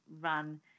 run